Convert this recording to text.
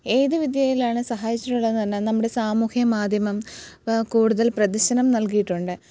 ഏത് വിദ്യേലാണ് സഹായിച്ചിട്ടുള്ളതെന്ന് പറഞ്ഞാൽ നമ്മുടെ സാമൂഹ്യ മാധ്യമം കൂടുതൽ പ്രദർശനം നൽകീട്ടുണ്ട്